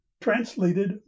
translated